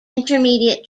intermediate